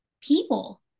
people